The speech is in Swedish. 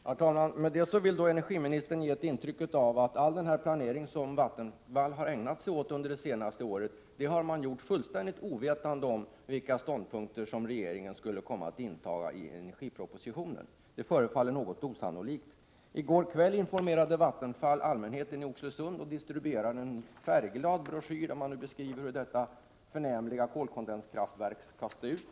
Herr talman! Med det sagda vill energiministern ge ett intryck av att all denna planering som Vattenfall har ägnat sig åt under det senaste året har man gjort fullständigt ovetande om vilka ståndpunkter som regeringen skulle komma att inta i energipropositionen. Det förefaller något osannolikt. För att informera allmänheten i Oxelösund distribuerade Vattenfall i går kväll en färgglad broschyr, i vilken man beskriver hur detta förnämliga kolkondenskraftverk skall komma att se ut.